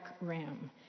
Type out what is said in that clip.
room